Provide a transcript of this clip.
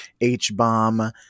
H-bomb